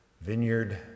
Vineyard